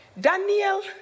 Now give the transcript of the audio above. Daniel